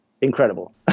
incredible